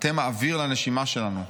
אתם האוויר לנשימה שלנו,